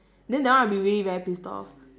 then that one I'll be really very pissed off